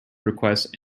request